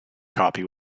copy